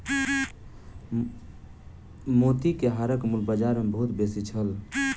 मोती के हारक मूल्य बाजार मे बहुत बेसी छल